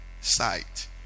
sight